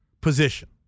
position